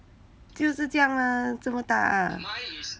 就是这样啊这么大